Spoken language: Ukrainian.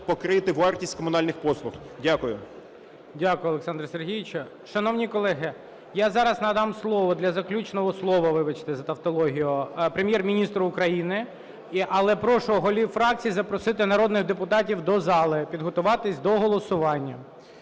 покрити вартість комунальних послуг. Дякую. ГОЛОВУЮЧИЙ. Дякую, Олександре Сергійовичу. Шановні колеги, я зараз надам слово для заключного слова, вибачте за тавтологію, Прем'єр-міністру України. Але прошу голів фракцій запросити народних депутатів до зали підготуватись до голосування.